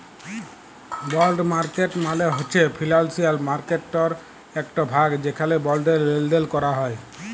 বল্ড market মালে হছে financial মার্কেটটর একট ভাগ যেখালে বল্ডের লেলদেল ক্যরা হ্যয়